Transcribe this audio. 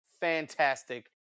fantastic